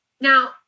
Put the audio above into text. Now